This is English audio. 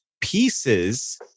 pieces